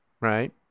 Right